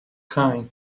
kind